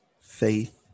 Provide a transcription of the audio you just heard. faith